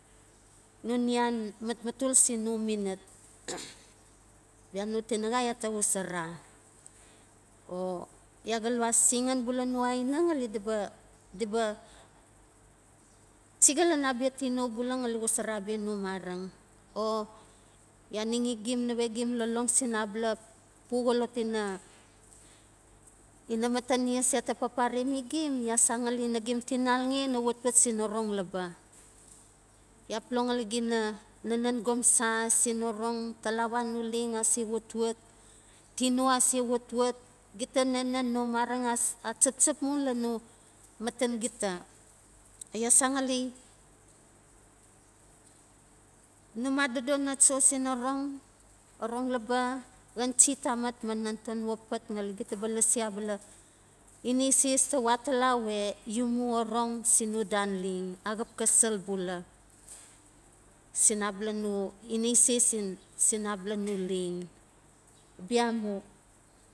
No nian matmatul sin no ninat bia no tinaxa ya to xosora o ya ga lo asinxan bula no aina ngali di ba, di ba chiga ian abia tino bula ngali xosora abia lolong sin abala pu xolot ina, ina matanyas ya to papare mi gim, ya san ngali nagim tinalxe na watwat sin orong laba, ya polo ngali gina nanan gomsa sin orong, talawa no leng ase watwat, tino ase watwat, gil a nanen no mareng a chap chap mu lan no maten gita. Ya san ngali num adodo na cho sin orong, orong laba, xan chi tamat, ma natanua pat ngali gita ba lasi abala ineses ta we atala we u mu orong sin no dan leng, axap xa sel bula sin abala no neses sin abala no leng bia mu.